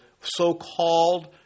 so-called